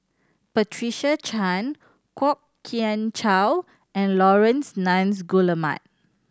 Patricia Chan Kwok Kian Chow and Laurence Nunns Guillemard